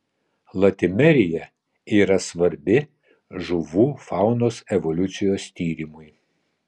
latimerija yra svarbi žuvų faunos evoliucijos tyrimui